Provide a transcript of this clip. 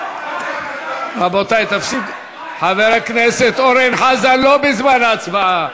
חבר הכנסת אורן חזן, לא בזמן ההצבעה.